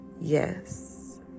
Yes